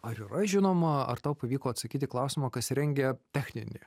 ar yra žinoma ar tau pavyko atsakyt į klausimą kas rengia techninį